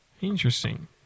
Interesting